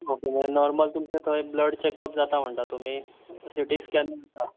okay मागीर normal तुमचे थंय ब्लड चेक अप जाता म्हणटा तुमी सि टी स्केन जाता